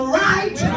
right